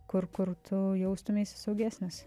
kur kur tu jaustumeisi saugesnis